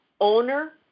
owner